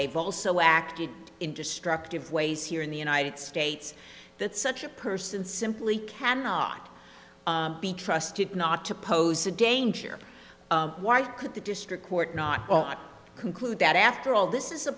they've also acted in destructive ways here in the united states that such a person simply cannot be trusted not to pose a danger why could the district court not not conclude that after all this is